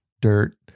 dirt